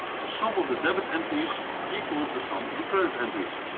the sum of the debit entries equals the sum of the credit entries!